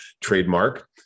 trademark